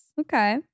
Okay